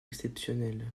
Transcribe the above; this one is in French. exceptionnel